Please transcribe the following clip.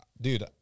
dude